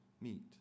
meet